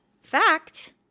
fact